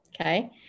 okay